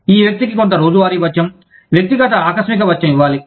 ఈ వ్యక్తికి కొంత రోజువారీ భత్యం వ్యక్తిగత ఆకస్మిక భత్యం ఇవ్వాలి